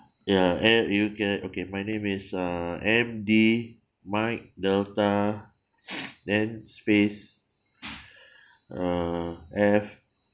ya and you can okay my name is uh M D mike delta then space uh F